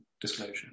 disclosure